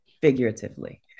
figuratively